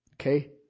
Okay